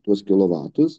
tuos kilovatus